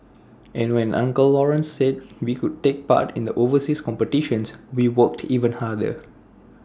and when uncle Lawrence said we could take part in the overseas competitions we worked even harder